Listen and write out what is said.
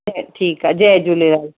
त ठीकु आहे जय झूलेलाल